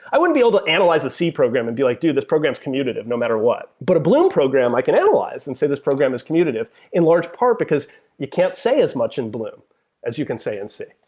i wouldn't be able to analyze a c program and be like, dude, this program is commutative no matter. but a bloom program, i can analyze and say this program is commutative, in large part because you can't say as much in bloom as you can say in c.